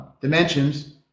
dimensions